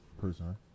person